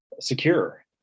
secure